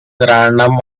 random